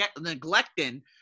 neglecting